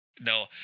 No